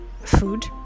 food